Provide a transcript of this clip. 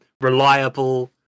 reliable